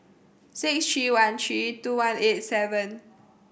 six three one three two one eight seven